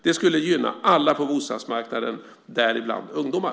Det skulle gynna alla på bostadsmarknaden, däribland ungdomar.